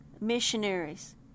missionaries